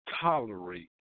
Tolerate